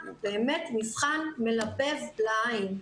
באמת מבחן מלבב לעיין.